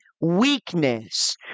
weakness